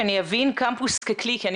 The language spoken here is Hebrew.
קמפוס ככלי יכול